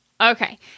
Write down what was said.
Okay